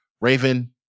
Raven